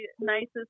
nicest